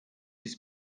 his